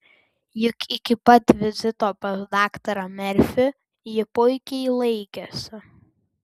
juk iki pat vizito pas daktarą merfį ji puikiai laikėsi